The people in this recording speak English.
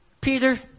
Peter